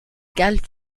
galles